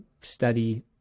study